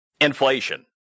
inflation